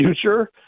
future